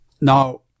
Now